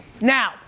Now